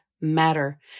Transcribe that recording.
matter